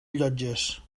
llotges